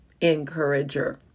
encourager